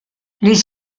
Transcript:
les